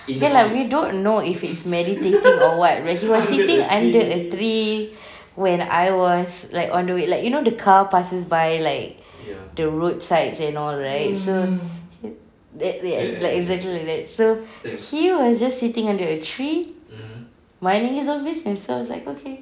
ya lah we don't know if he's meditating or what but he was sitting under a tree when I was on the way like you know the car passes by the road sides and all right so that that it's exactly like that so he was just sitting under a tree minding his own business so I was like okay